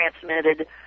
transmitted